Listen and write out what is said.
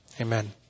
amen